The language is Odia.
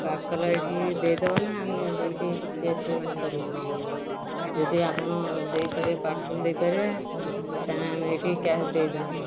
ପାର୍ସଲ୍ ଏଇଠି ଦେଇଦେବନା ଆମେ ଯାଇକି ଯଦି ଆପଣ ଦେଇପାରିବେ ପାର୍ସଲ୍ ଦେଇପାରିବେ ଆମେ ଏଠି କ୍ୟାସ୍ ଦେଇଦେବୁ